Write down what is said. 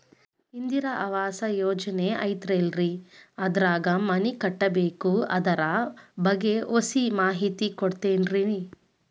ಇಂದಿರಾ ಆವಾಸ ಯೋಜನೆ ಐತೇಲ್ರಿ ಅದ್ರಾಗ ಮನಿ ಕಟ್ಬೇಕು ಅದರ ಬಗ್ಗೆ ಒಸಿ ಮಾಹಿತಿ ಕೊಡ್ತೇರೆನ್ರಿ?